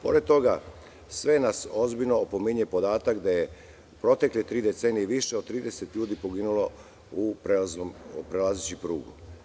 Pored toga, sve nas ozbiljno opominje podatak da je u protekle tri decenije više od 30 ljudi poginulo prelazeći prugu.